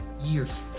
years